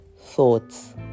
thoughts